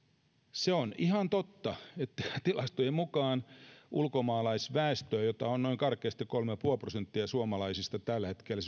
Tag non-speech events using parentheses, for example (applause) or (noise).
se on ihan totta että tilastojen mukaan ulkomaalaisväestö jota on karkeasti noin kolme pilkku viisi prosenttia suomalaisista tällä hetkellä (unintelligible)